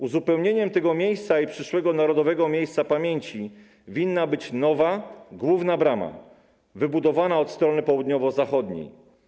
Uzupełnieniem tego miejsca i przyszłego narodowego miejsca pamięci winna być nowa główna brama wybudowana od strony południowo-zachodniej.